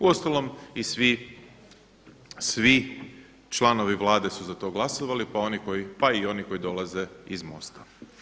Uostalom i svi članovi Vlade su za to glasovali, pa i oni koji dolaze iz MOST-a.